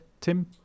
Tim